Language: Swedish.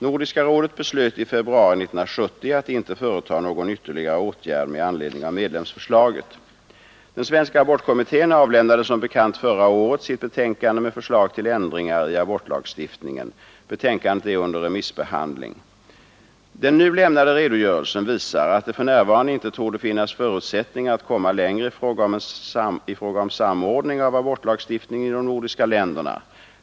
Nordiska rådet beslöt i februari 1970 att inte företa någon ytterligare åtgärd med anledning av medlemsförslaget. Den svenska abortkommittén avlämnade som bekant förra året sitt betänkande med förslag till ändringar i abortlagstiftningen. Betänkandet är under remissbehandling. Den nu lämnade redogörelsen visar att det för närvarande inte torde finnas förutsättningar att komma längre i fråga om samordning av abortlagstiftningen i de nordiska länderna.